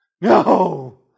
no